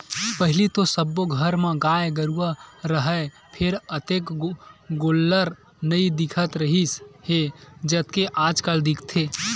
पहिली तो सब्बो घर म गाय गरूवा राहय फेर अतेक गोल्लर नइ दिखत रिहिस हे जतेक आजकल दिखथे